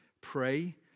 Pray